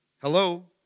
Hello